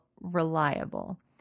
reliable